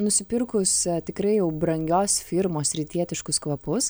nusipirkus tikrai jau brangios firmos rytietiškus kvapus